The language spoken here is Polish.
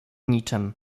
niczem